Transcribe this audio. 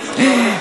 סליחה.